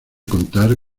contar